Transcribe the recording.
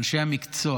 אנשי המקצוע,